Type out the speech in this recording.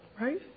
Right